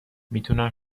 میتونم